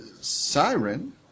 Siren